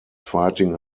fighting